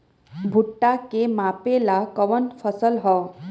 भूट्टा के मापे ला कवन फसल ह?